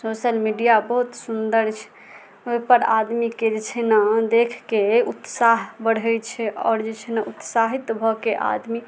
social media बहुत सुन्दर छै ओहिपर आदमीके जे छै न देखके उत्साह बढ़ै छै आओर जे छै ने उत्साहित भऽके आदमी